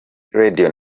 radio